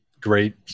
great